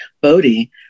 Bodhi